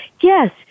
Yes